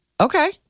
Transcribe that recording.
Okay